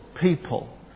people